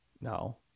No